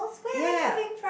ya